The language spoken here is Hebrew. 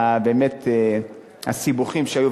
באמת מכל הסיבוכים שהיו.